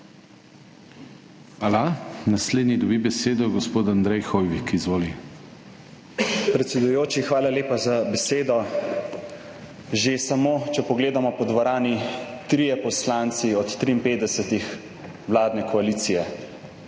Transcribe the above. Hvala. Naslednji dobi besedo gospod Andrej Hoivik. Izvoli. ANDREJ HOIVIK (PS SDS): Predsedujoči, hvala lepa za besedo. Že samo, če pogledamo po dvorani, trije poslanci od 53 vladne koalicije,